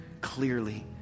clearly